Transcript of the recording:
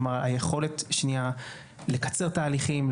היכולת לקצר תהליכים,